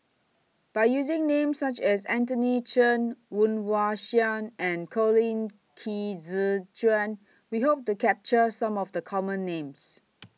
By using Names such as Anthony Chen Woon Wah Siang and Colin Qi Zhe Quan We Hope to capture Some of The Common Names